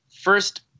first